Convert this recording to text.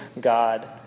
God